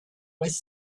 was